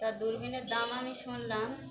তার দূরবীনের দাম আমি শুনলাম